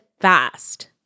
fast